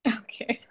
okay